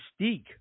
mystique